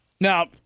Now